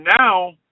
now